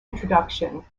introduction